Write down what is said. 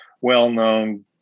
well-known